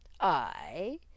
I